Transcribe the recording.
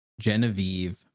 Genevieve